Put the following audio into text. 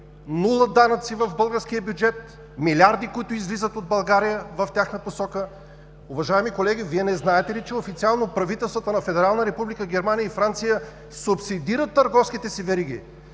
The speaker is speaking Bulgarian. нула данъци в българския бюджет, милиарди, които излизат от България в тяхна посока. Уважаеми колеги, Вие не знаете ли, че официално правителствата на Федерална република Германия и Франция субсидират търговските си вериги?